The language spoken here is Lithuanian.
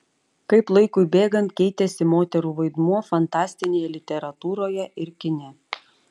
kaip laikui bėgant keitėsi moterų vaidmuo fantastinėje literatūroje ir kine